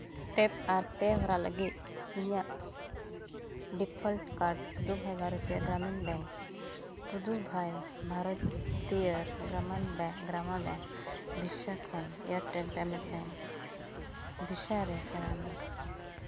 tap ᱟᱨ pay ᱦᱚᱨᱟ ᱞᱟᱹᱜᱤᱫ ᱤᱧᱟᱹᱜ ᱰᱤᱯᱷᱞᱚᱴ ᱠᱟᱨᱰ ᱫᱚ ᱯᱩᱫᱩᱵᱷᱟᱭ ᱜᱨᱟᱢᱤᱱ ᱵᱮᱝᱠ ᱯᱩᱫᱩᱵᱷᱟᱭ ᱵᱷᱟᱨᱚᱛᱤᱭᱚᱨ ᱜᱨᱟᱢᱤᱱ ᱵᱮᱝᱠ ᱵᱷᱤᱥᱟ ᱠᱷᱚᱱ ᱮᱭᱟᱨᱴᱮᱞ ᱯᱮᱢᱮᱱᱴ ᱵᱮᱝᱠ ᱵᱷᱤᱥᱟ ᱨᱮ ᱯᱷᱮᱨᱟᱣ ᱢᱮ